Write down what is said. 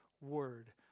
word